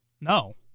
No